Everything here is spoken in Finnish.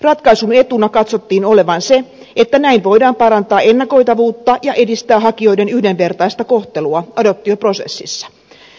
ratkaisun etuna katsottiin olevan se että näin voidaan parantaa ennakoitavuutta ja edistää hakijoiden yhdenvertaista kohtelua adoptioprosessissa